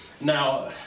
now